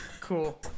Cool